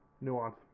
nuance